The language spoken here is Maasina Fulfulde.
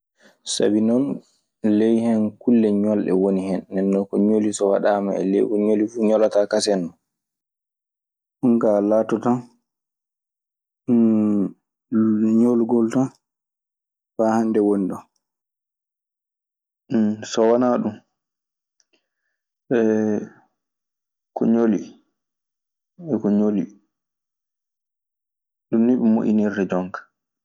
Sabi non, ley hen kulle ñolɗe woni hen. Nden non ko ñoli so waɗaama e ley ko ñoli fuu ñolataa kaseŋ non. So wanaa ɗun, ko ñoli e ko ñoli… Ɗun nii ɓe moƴƴinirta jonka.